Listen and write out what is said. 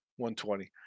120